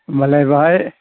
होमब्लालाय बाहाय